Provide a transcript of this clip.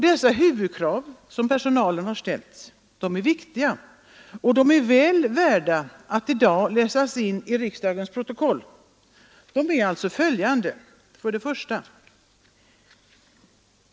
Dessa huvudkrav som personalen ställt är viktiga och väl värda att i dag läsas in i riksdagens protokoll. Kraven är följande: 1.